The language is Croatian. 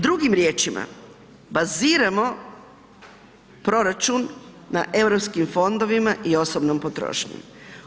Drugim riječima, baziramo proračun na europskim fondovima i osobnom potrošnjom.